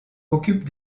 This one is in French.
occupe